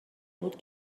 بود